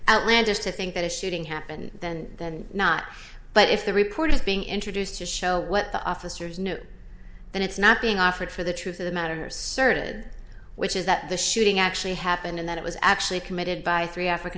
outlandish to think that a shooting happened then than not but if the report is being introduced to show what the officers know and it's not being offered for the truth of the matter certain which is that the shooting actually happened and that it was actually committed by three african